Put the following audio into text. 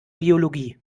biologie